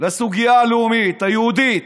לסוגיה הלאומית, היהודית,